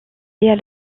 est